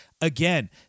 Again